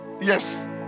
yes